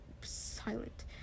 silent